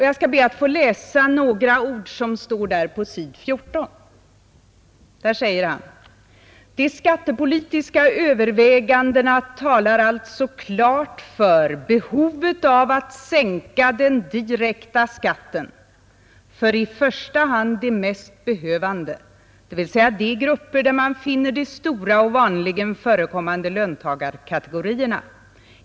Jag skall be att få läsa några ord på s. 14: ”De skattepolitiska övervägandena talar alltså klart för behovet av att sänka den direkta skatten för i första hand de mest behövande, dvs. de grupper där man finner de stora och vanligen förekommande löntagarkategorierna.